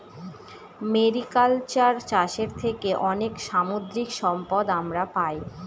mariculture চাষের থেকে অনেক সামুদ্রিক সম্পদ আমরা পাই